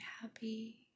happy